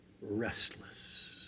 restless